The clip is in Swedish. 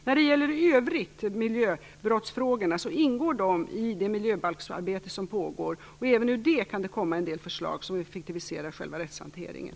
När det i övrigt gäller miljöbrottsfrågorna så ingår de i det miljöbalksarbete som pågår, och även ur detta arbete kan det komma fram en del förslag som effektiviserar själva rättshanteringen.